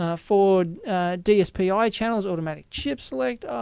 ah four dspi channels, automatic chip select,